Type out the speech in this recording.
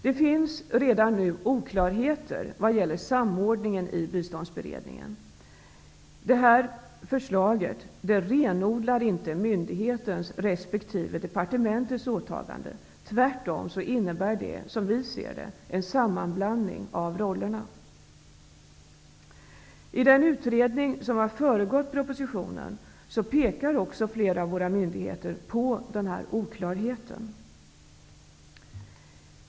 Det finns redan nu oklarheter vad gäller samordningen i biståndsberedningen. Det här förslaget renodlar inte myndighetens resp. departementets åtaganden -- tvärtom innebär det, som vi ser det, en sammanblandning av rollerna. I den utredning som har föregått propositionen pekar flera av våra myndigheter på denna oklarhet.